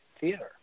theater